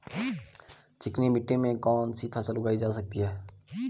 चिकनी मिट्टी में कौन सी फसल उगाई जा सकती है?